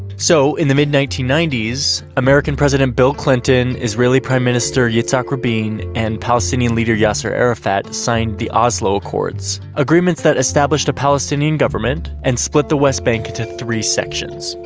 so in the mid ninety ninety s american president bill clinton, israeli prime minister yitzhak rabin, and palestinian leader yasser arafat signed the oslo accords, agreements that established palestinian government and split the west bank into three sections.